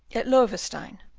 at loewestein.